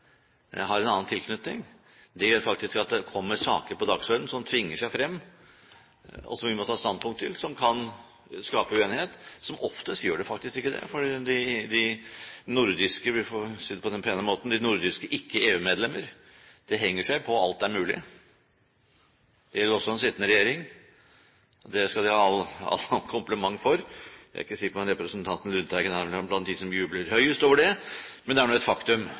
har en annen tilknytning gjør faktisk at det kommer saker på dagsordenen som tvinger seg frem, og som vi må ta standpunkt til, som kan skape uenighet. Som oftest gjør det faktisk ikke det, for de nordiske – vi får si det på den pene måten – ikke-EU-medlemmer henger seg på alt som er mulig. Det gjør også den sittende regjering, det skal de ha kompliment for. Jeg er ikke sikker på om representanten Lundteigen er blant dem som jubler høyest over det, men det er nå et faktum